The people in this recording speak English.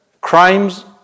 crimes